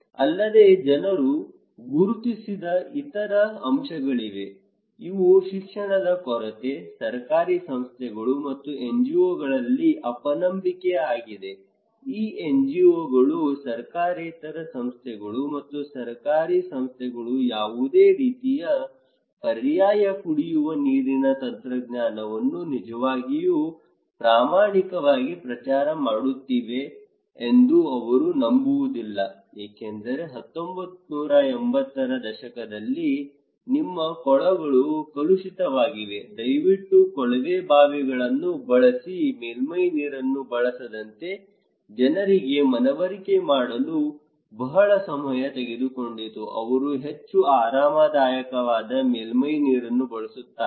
ಅಲ್ಲದೆ ಜನರು ಗುರುತಿಸಿದ ಇತರ ಅಂಶಗಳಿವೆ ಇವು ಶಿಕ್ಷಣದ ಕೊರತೆ ಸರ್ಕಾರಿ ಸಂಸ್ಥೆಗಳು ಮತ್ತು NGO ಗಳಲ್ಲಿ ಅಪನಂಬಿಕೆ ಆಗಿದೆ ಈ NGO ಗಳು ಸರ್ಕಾರೇತರ ಸಂಸ್ಥೆಗಳು ಮತ್ತು ಸರ್ಕಾರಿ ಸಂಸ್ಥೆಗಳು ಯಾವುದೇ ರೀತಿಯ ಪರ್ಯಾಯ ಕುಡಿಯುವ ನೀರಿನ ತಂತ್ರಜ್ಞಾನವನ್ನು ನಿಜವಾಗಿಯೂ ಪ್ರಾಮಾಣಿಕವಾಗಿ ಪ್ರಚಾರ ಮಾಡುತ್ತಿವೆ ಎಂದು ಅವರು ನಂಬುವುದಿಲ್ಲ ಏಕೆಂದರೆ 1980 ರ ದಶಕದಲ್ಲಿ ನಿಮ್ಮ ಕೊಳಗಳು ಕಲುಷಿತವಾಗಿವೆ ದಯವಿಟ್ಟು ಕೊಳವೆ ಬಾವಿಗಳನ್ನು ಬಳಸಿ ಮೇಲ್ಮೈ ನೀರನ್ನು ಬಳಸದಂತೆ ಜನರಿಗೆ ಮನವರಿಕೆ ಮಾಡಲು ಬಹಳ ಸಮಯ ತೆಗೆದುಕೊಂಡಿತು ಅವರು ಹೆಚ್ಚು ಆರಾಮದಾಯಕವಾದ ಮೇಲ್ಮೈ ನೀರನ್ನು ಬಳಸುತ್ತಾರೆ